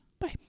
Bye